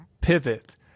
pivot